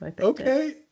Okay